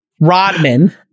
Rodman